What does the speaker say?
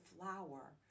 flower